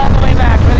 way back,